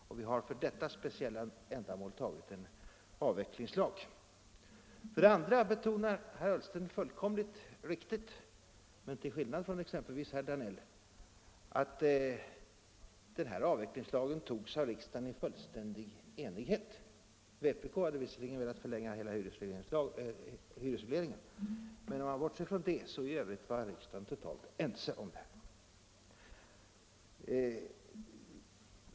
Vi har för detta speciella ändamål antagit en avvecklingslag. För det andra betonar herr Ullsten fullkomligt riktigt, mån till skillnad från exempelvis herr Danell, att denna avvecklingslag antogs av riksdagen i fullständig enighet. Vpk hade visserligen velat förlänga hela hyresregleringen, men bortsett från det förelåg total enighet i riksdagen.